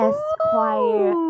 Esquire